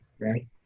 right